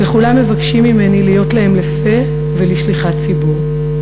וכולם מבקשים ממני להיות להם לפה ולשליחת ציבור.